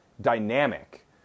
dynamic